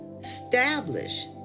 Establish